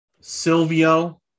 silvio